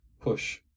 push